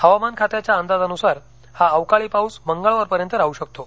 हवामान खात्याच्या अंदाजानुसार हा अवकाळी पाऊस मंगळवारपर्यंत राहू शकतो